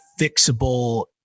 fixable